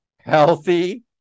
healthy